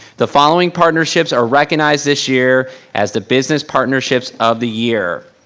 the following partnerships are recognized this year as the business partnerships of the year.